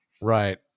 Right